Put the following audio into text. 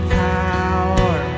power